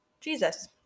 Jesus